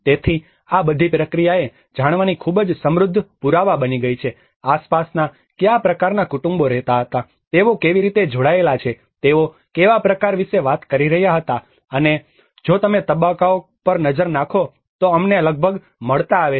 તેથી આ બધી પ્રક્રિયા એ જાણવાની ખૂબ જ સમૃદ્ધ પુરાવા બની ગઈ છે કે આસપાસના કયા પ્રકારનાં કુટુંબો રહેતા હતા તેઓ કેવી રીતે જોડાયેલા છે તેઓ કેવા પ્રકાર વિશે વાત કરી રહ્યા હતા અને કે જો તમે તબક્કાઓ પર નજર નાખો તો અમને લગભગ મળતા આવે છે